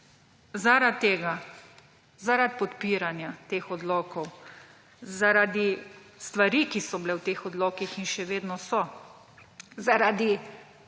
naprej. Zaradi podpiranja teh odlokov, zaradi stvari, ki so bile v teh odlokih in še vedno so, zaradi